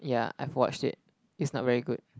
yea I've watched it it's not very good